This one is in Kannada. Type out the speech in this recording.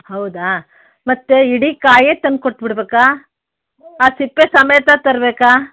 ಹೌದಾ ಮತ್ತೆ ಇಡೀ ಕಾಯೇ ತಂದು ಕೊಟ್ಬಿಡ್ಬೇಕಾ ಆ ಸಿಪ್ಪೆ ಸಮೇತ ತರಬೇಕಾ